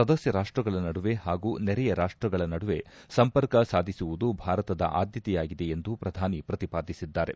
ಸದಸ್ಯ ರಾಷ್ಟಗಳ ನಡುವೆ ಹಾಗೂ ನೆರೆಯ ರಾಷ್ಟಗಳ ನಡುವೆ ಸಂಪರ್ಕ ಸಾಧಿಸುವುದು ಭಾರತದ ಆದ್ಯತೆಯಾಗಿದೆ ಎಂದು ಪ್ರಧಾನಿ ಪ್ರತಿಪಾದಿಸಿದ್ದಾರೆ